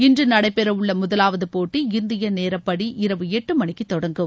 இன்று நடைபெறவுள்ள முதலாவது போட்டி இந்திய நேரப்படி இரவு எட்டு மணிக்கு தொடங்கும்